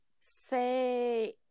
say